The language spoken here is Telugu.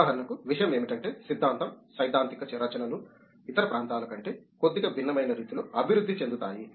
ఉదాహరణకు విషయం ఏమిటంటే సిద్ధాంతం సైద్ధాంతిక రచనలు ఇతర ప్రాంతాల కంటే కొద్దిగా భిన్నమైన రీతిలో అభివృద్ధి చెందుతాయి